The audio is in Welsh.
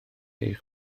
eich